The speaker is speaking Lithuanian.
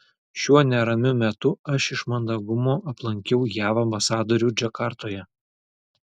šiuo neramiu metu aš iš mandagumo aplankiau jav ambasadorių džakartoje